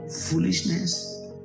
Foolishness